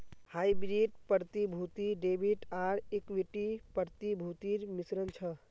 hybrid प्रतिभूति debit आर equity प्रतिभूतिर मिश्रण छ